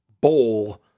bowl